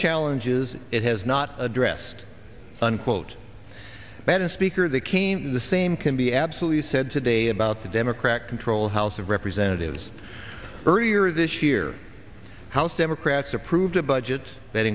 challenges it has not addressed unquote better speaker they came the same can be absolutely said today about the democrat controlled house of representatives earlier this year house democrats approved a budget that